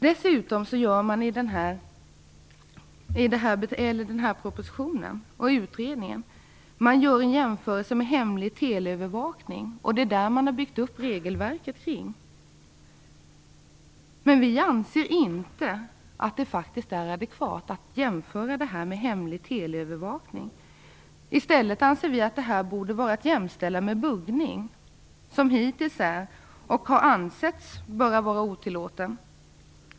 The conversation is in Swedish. Dessutom gör man i den här propositionen och i utredningen jämförelser med hemlig teleövervakning. Det är den man har byggt upp regelverket kring. Men vi anser inte att det är adekvat att jämföra detta med hemlig teleövervakning. I stället anser vi att detta borde vara att jämställa med buggning, som hittills är och har ansetts böra vara otillåten.